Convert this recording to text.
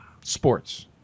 Sports